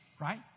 right